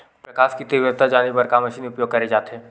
प्रकाश कि तीव्रता जाने बर का मशीन उपयोग करे जाथे?